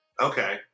Okay